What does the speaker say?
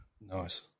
Nice